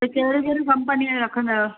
त कहिड़ियूं कहिड़ियूं कम्पनीअ जा रखंदा आहियो